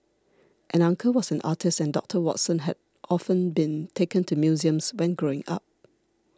an uncle was an artist and Doctor Watson had often been taken to museums when growing up